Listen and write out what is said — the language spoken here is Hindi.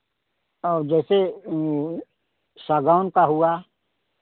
हाँ वह जैसे सागौन का हुआ